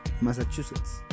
Massachusetts